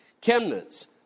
Chemnitz